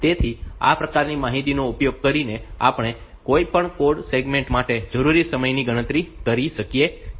તેથી આ પ્રકારની માહિતીનો ઉપયોગ કરીને આપણે કોઈપણ કોડ સેગમેન્ટ માટે જરૂરી સમયની ગણતરી કરી શકીએ છીએ